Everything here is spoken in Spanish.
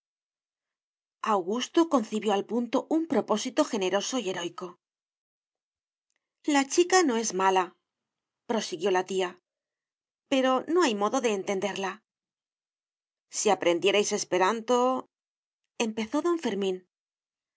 augusto concibió al punto un propósito generoso y heroico la chica no es malaprosiguió la tía pero no hay modo de entenderla si aprendierais esperanto empezó